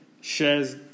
shares